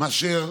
מאשר